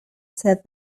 said